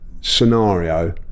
scenario